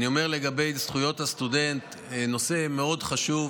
אני אומר לגבי זכויות הסטודנט, נושא מאוד חשוב.